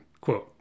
Quote